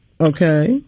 Okay